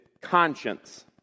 conscience